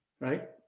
right